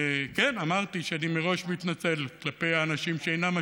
אמרתי שאני מראש מתנצל כלפי האנשים שאינם אשמים.